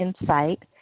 insight